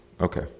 okay